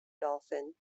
dolphin